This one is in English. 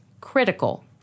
critical